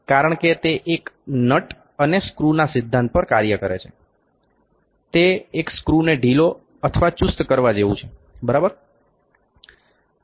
કારણ કે તે તે નટ અને સ્ક્રુના સિદ્ધાંત પર કામ કરે છે તે એક સ્ક્રૂને ઢીલો અથવા ચુસ્ત કરવા જેવું છે બરાબર